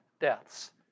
deaths